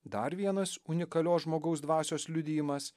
dar vienas unikalios žmogaus dvasios liudijimas